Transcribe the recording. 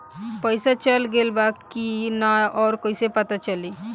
पइसा चल गेलऽ बा कि न और कइसे पता चलि?